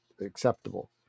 acceptable